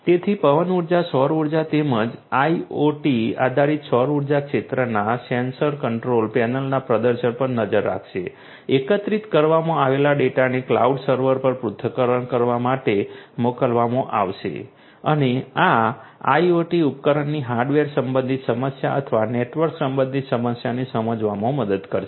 તેથી પવન ઉર્જા સૌર ઉર્જા તેમજ IoT આધારિત સૌર ઉર્જા ક્ષેત્રના સેન્સર કંટ્રોલ પેનલના પ્રદર્શન પર નજર રાખશે એકત્રિત કરવામાં આવેલ ડેટાને ક્લાઉડ સર્વર પર પૃથ્થકરણ કરવા માટે મોકલવામાં આવશે અને આ IoT ઉપકરણની હાર્ડવેર સંબંધિત સમસ્યા અથવા નેટવર્ક સંબંધિત સમસ્યાને સમજવામાં મદદ કરશે